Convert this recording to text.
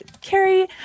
Carrie